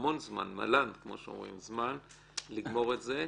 המון זמן, "מלאן" זמן כמו שאומרים, לגמור את זה.